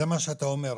זה מה שאתה אומר.